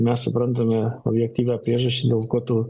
mes suprantame objektyvią priežasč dėl ko tu